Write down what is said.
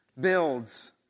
builds